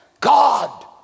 God